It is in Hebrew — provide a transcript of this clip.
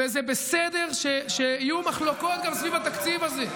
וזה בסדר שיהיו מחלוקות גם סביב התקציב הזה.